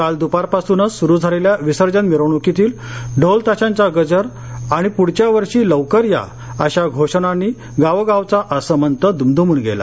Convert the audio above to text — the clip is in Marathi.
काल दुपारपासूनच सुरू झालेल्या विसर्जन मिरवणुकांतील ढोलताशांचा गजर आणि पुढच्या वर्षी लौकर या अशा घोषणांनी गावोगावचा आसमंत दुमदुमून गेला